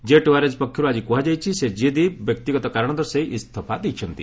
jet Airways ପକ୍ଷରୁ ଆଜି କୁହାଯାଇଛି ଶ୍ରୀ କୈଦି ବ୍ୟକ୍ତିଗତ କାରଣ ଦର୍ଶାଇ ଇସ୍ତଫା ଦେଇଛନ୍ତି